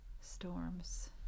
storms